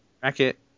Bracket